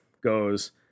goes